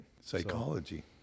Psychology